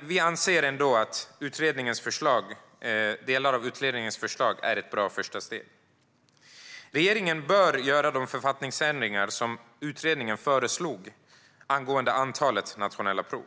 Vi anser ändå att delar av utredningens föreslag är ett bra första steg. Regeringen bör göra de författningsändringar som utredningen föreslog angående antalet nationella prov.